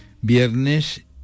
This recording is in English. viernes